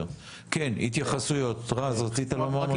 כן, התייחסויות, רז רצית לומר משהו?